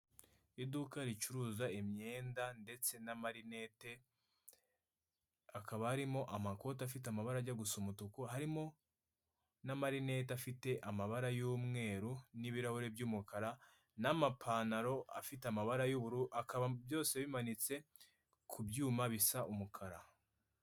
Iduka ricuruza imyenda ndetse n'amarinete, akaba harimo amakoti afite amabara ajya gusa umutuku, harimo n'amarineti afite amabara y'umweru n'ibirahureri by'umukara, n'amapantaro afite amabara y'ubururu, akaba byose bimanitse ku byuma bisa umukara.